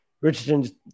Richardson